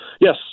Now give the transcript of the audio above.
Yes